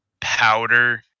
powder